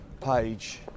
page